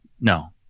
No